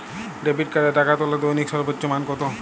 Debit কার্ডে টাকা তোলার দৈনিক সর্বোচ্চ মান কতো?